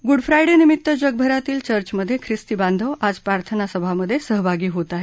Good Friday निमित्त जगभरातील चर्चमधे ख्रिस्ती बांधव आज प्रार्थनासभांमधे सहभागी होत आहेत